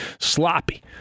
sloppy